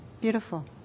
Beautiful